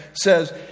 says